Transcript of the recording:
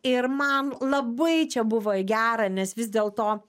ir man labai čia buvo į gerą nes vis dėlto